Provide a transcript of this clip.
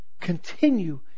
Continue